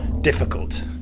difficult